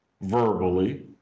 verbally